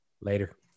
Later